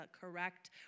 correct